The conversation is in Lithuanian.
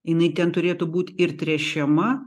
jinai ten turėtų būt ir tręšiama